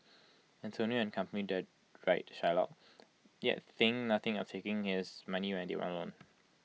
Antonio and company deride Shylock yet think nothing of taking his money when they want A loan